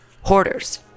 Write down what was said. hoarders